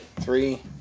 Three